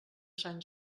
sant